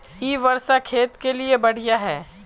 इ वर्षा खेत के लिए बढ़िया है?